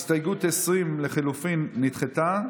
הסתייגות 20 לחלופין נדחתה.